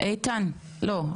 איתן, לא.